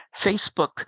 Facebook